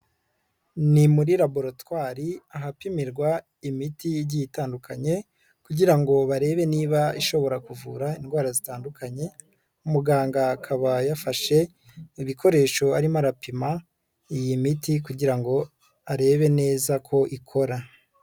Ni muri laboratwari ahapimirwa imiti igiye itandukanye kugira ngo barebe niba ishobora kuvura indwara zitandukanye, muganga akaba yafashe ibikoresho arimo arapima iyi miti kugira ngo arebe neza ko ikora.